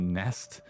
nest